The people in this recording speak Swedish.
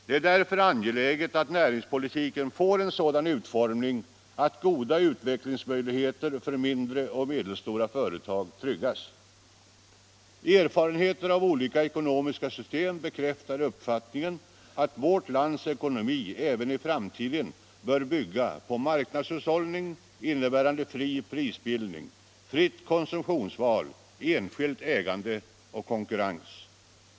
Det är därför angeläget att näringspolitiken får en sådan utformning att goda utvecklingsmöjligheter för mindre och medelstora företag tryggas. Erfarenheter av olika ekonomiska system bekräftar uppfattningen att vårt lands ekonomi även i framtiden bör bygga på marknadshushållning, innebärande fri prisbildning, fritt konsumtionsval, enskilt ägande och konkurrens.